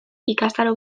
ikastaro